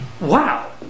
Wow